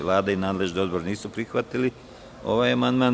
Vlada i nadležni odbor nisu prihvatili amandman.